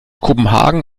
kopenhagen